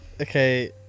okay